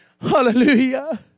Hallelujah